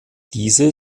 diese